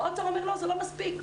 בא האוצר ואומר שזה לא מספיק.